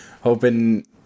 hoping